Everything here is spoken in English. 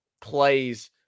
plays